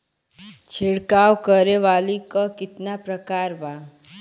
छिड़काव करे वाली क कितना प्रकार बा?